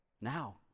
Now